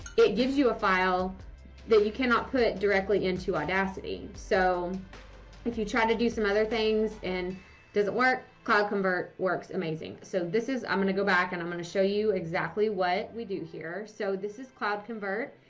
it gives you a file that you cannot put directly into audacity. so if you try to do some other things and it doesn't work, cloud convert works amazing! so this is. i'm gonna go back. and i'm gonna show you exactly what we do here. so this is cloud convert.